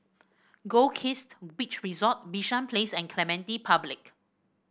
Goldkist Beach Resort Bishan Place and Clementi Public